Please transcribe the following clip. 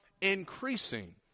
increasing